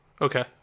Okay